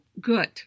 good